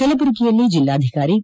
ಕಲಬುರಗಿಯಲ್ವಿ ಜಿಲ್ವಾಧಿಕಾರಿ ವಿ